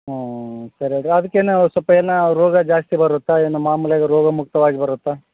ಹ್ಞೂ ಹ್ಞೂ ಹ್ಞೂ ಸರಿ ಹೇಳ್ರಿ ಅದ್ಕೇನು ಸ್ವಲ್ಪ ಏನು ರೋಗ ಜಾಸ್ತಿ ಬರುತ್ತಾ ಏನು ಮಾಮೂಲಿಯಾಗಿ ರೋಗಮುಕ್ತವಾಗಿ ಬರುತ್ತಾ